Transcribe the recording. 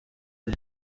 ngo